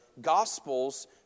gospels